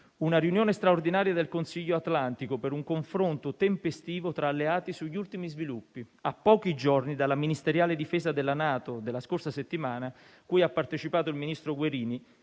una riunione straordinaria del Consiglio atlantico, per un confronto tempestivo tra alleati sugli ultimi sviluppi, a pochi giorni dalla ministeriale Difesa della NATO della scorsa settimana, cui ha partecipato il ministro Guerini,